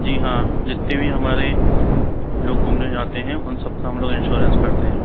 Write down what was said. जी हाँ जितने भी हमारे लोग घुमने जाते हैं उन सबका हम लोग इंश्योरेंस करते हैं